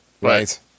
Right